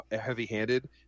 heavy-handed